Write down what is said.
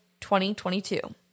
2022